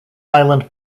island